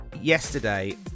yesterday